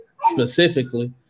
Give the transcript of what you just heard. specifically